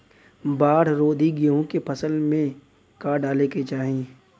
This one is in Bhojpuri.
बाढ़ रोधी गेहूँ के फसल में का डाले के चाही?